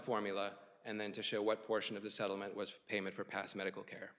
formula and then to show what portion of the settlement was payment for past medical care